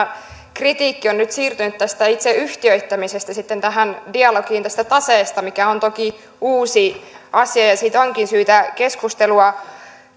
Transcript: kritiikki on nyt siirtynyt tästä itse yhtiöittämisestä sitten dialogiin tästä taseesta mikä on toki uusi asia ja mistä onkin syytä keskustelua